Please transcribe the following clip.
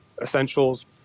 essentials